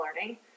learning